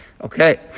Okay